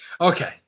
Okay